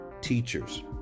teachers